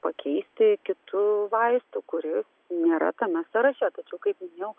pakeisti kitu vaistu kuris nėra tame sąraše tačiau kaip minėjau